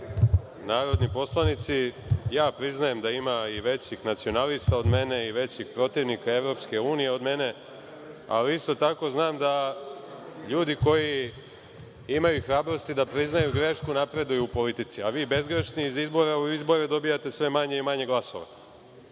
narodni poslanici, priznajem da ima i većih nacionalista od mene i većih protivnika od EU od mene, ali isto tako znam da ljudi koji imaju hrabrosti da priznaju grešku napreduju u politici, a vi bezgrešni iz izbora u izbore dobijate sve manje i manje glasova.